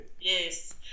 Yes